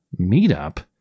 meetup